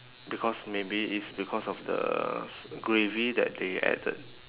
because maybe it's because of the s~ gravy that they added